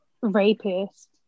rapist